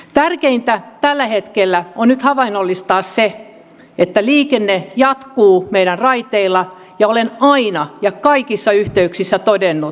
tärkeintä tällä hetkellä on nyt havainnollistaa se että liikenne jatkuu meidän raiteillamme ja olen aina ja kaikissa yhteyksissä todennut